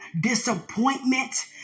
disappointment